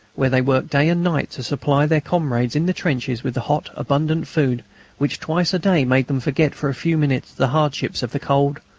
where they worked day and night to supply their comrades in the trenches with the hot abundant food which twice a day made them forget for a few minutes the hardships of the cold,